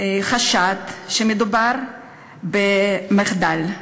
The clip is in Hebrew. חשד שמדובר במחדל.